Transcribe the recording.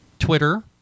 Twitter